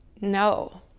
no